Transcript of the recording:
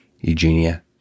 Eugenia